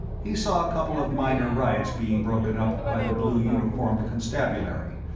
he saw a couple of minor riots being broken up by the blue-uniformed constabulary,